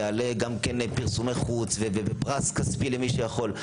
יעלה גם כן פרסומי חוץ ופרס כספי למי שיכול,